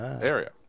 area